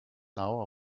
hour